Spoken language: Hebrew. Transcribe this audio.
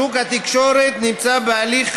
שוק התקשורת נמצא בהליך חיובי.